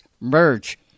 merge